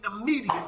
immediate